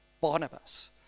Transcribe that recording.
Barnabas